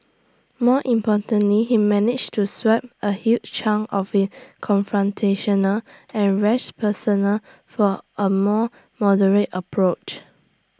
more importantly he managed to swap A huge chunk of his confrontational and rash persona for A more moderate approach